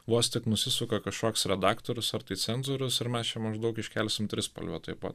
vos tik nusisuka kažkoks redaktorius ar tai cenzorius ir mes čia maždaug iškelsim trispalvę tuoj pat